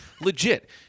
Legit